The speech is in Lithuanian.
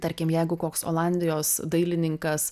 tarkim jeigu koks olandijos dailininkas